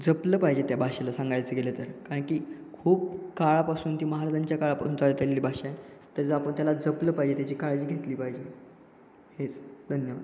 जपलं पाहिजे त्या भाषेला सांगायचं गेलं तर कारण की खूप काळापासून ती महाराजांच्या काळापासून चालत आलेली भाषा आहे तर आपण त्याला जपलं पाहिजे त्याची काळजी घेतली पाहिजे हेच धन्यवाद